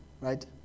right